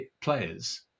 players